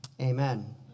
amen